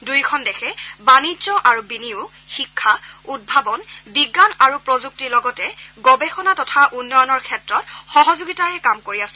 দুয়োখন দেশে বাণিজ্য আৰু বিনিয়োগ শিক্ষা উদ্ভাৱন বিজ্ঞান আৰু প্ৰযুক্তিৰ লগতে গৱেষণা তথা উন্নয়নৰ ক্ষেত্ৰত সহযোগিতাৰে কাম কৰি আছে